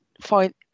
find